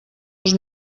els